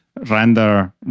render